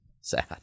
sad